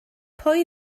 pwy